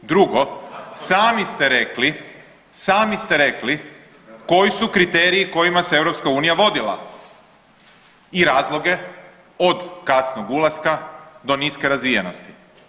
Drugo, sami ste rekli, sami ste rekli koji su kriteriji kojima se EU vodila i razloge od kasnog ulaska do niske razvijenosti.